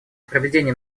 проведения